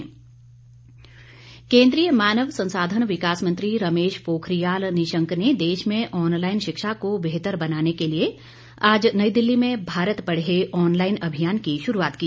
online शिक्षा केंद्रीय मानव संसाधन विकास मंत्री रमेश पोखरियाल निशंक ने देश में ऑनलाइन शिक्षा को बेहतर बनाने के लिए आज नई दिल्ली में भारत पढ़े ऑनलाइन अभियान की शुरूआत की